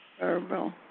Herbal